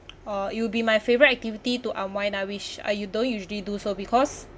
uh it'll be my favorite activity to unwind I wish ah you don't usually do so because